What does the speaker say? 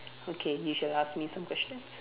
okay you should ask me some questions